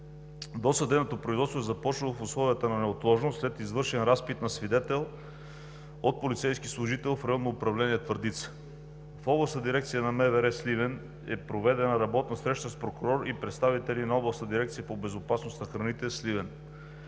Досъдебното производство е започнало в условията на неотложност след извършен разпит на свидетел от полицейски служител в Районното управление на МВР в град Твърдица. В Областната дирекция на МВР – Сливен, е проведена работна среща с прокурор и представители на Областната дирекция по безопасност на храните – Сливен.